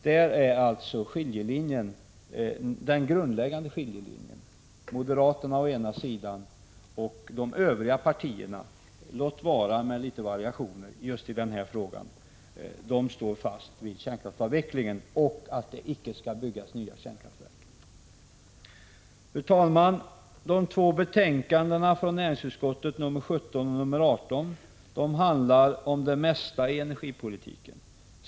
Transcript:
Där är alltså den grundläggande skiljelinjen: å ena sidan moderaterna och å andra sidan de övriga partierna, låt vara med små variationer just i den här frågan. Dessa partier står fast vid kärnkraftsavvecklingen och vid att det icke skall byggas nya kärnkraftverk. Fru talman! De två betänkandena från näringsutskottet, nr 17 och nr 18, handlar om det mesta i energipolitiken.